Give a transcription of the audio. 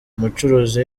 umucuruzi